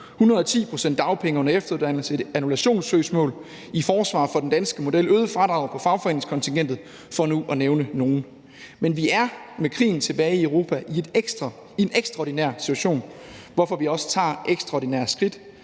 110 pct.s dagpenge under efteruddannelse, et annullationssøgsmål i forsvar for den danske model, øget fradrag på fagforeningskontingentet, for nu at nævne nogle – men med krigen tilbage i Europa er vi i en ekstraordinær situation, hvorfor vi også tager ekstraordinære skridt,